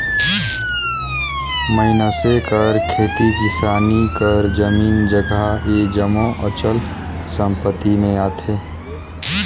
मइनसे कर खेती किसानी कर जमीन जगहा ए जम्मो अचल संपत्ति में आथे